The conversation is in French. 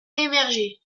émergé